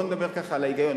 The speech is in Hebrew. נדבר על ההיגיון.